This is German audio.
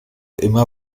immer